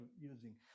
using